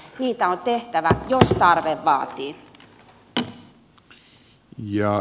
niitä on tehtävä jos tarve vaatii